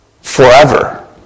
forever